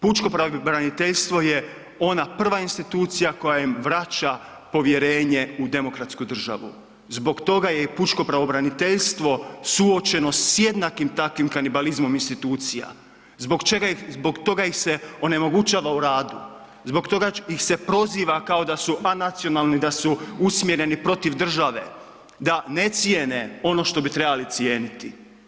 Pučko pravobraniteljstvo je ona prva institucija koja im vraća povjerenje u demokratsku državu, zbog toga je i pučko pravobraniteljstvo suočeno s jednakim takvim kanibalizmom institucija, zbog toga ih se onemogućava u radu, zbog toga ih se proziva kao da su anacionalni, da su usmjereni protiv države, da ne cijene ono što bi trebali cijeniti.